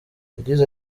yagize